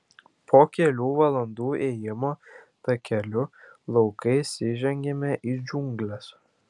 po kelių valandų ėjimo takeliu laukais įžengiame į džiungles